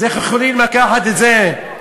אז איך יכולים לקחת את זה מהמערך,